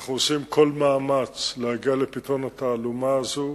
אנחנו עושים כל מאמץ להגיע לפתרון התעלומה הזאת.